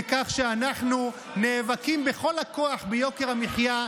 כך שאנחנו נאבקים בכל הכוח ביוקר המחיה,